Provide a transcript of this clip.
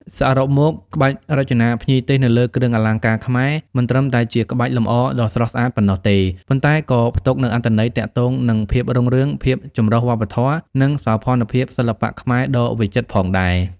សរុបមក ក្បាច់រចនាភ្ញីទេសនៅលើគ្រឿងអលង្ការខ្មែរ មិនត្រឹមតែជាក្បាច់លម្អដ៏ស្រស់ស្អាតប៉ុណ្ណោះទេ ប៉ុន្តែក៏ផ្ទុកនូវអត្ថន័យទាក់ទងនឹងភាពរុងរឿង ភាពចម្រុះវប្បធម៌ និងសោភ័ណភាពសិល្បៈខ្មែរដ៏វិចិត្រផងដែរ។